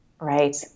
Right